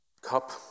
cup